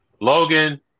Logan